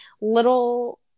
little